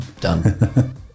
Done